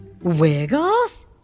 Wiggles